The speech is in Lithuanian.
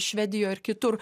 švedijoj ar kitur